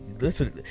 Listen